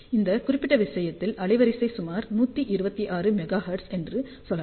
இந்த குறிப்பிட்ட விஷயத்தில் அலைவரிசை சுமார் 126 மெகா ஹெர்ட்ஸ் என்று சொல்லலாம்